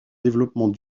développement